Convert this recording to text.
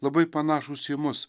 labai panašūs į mus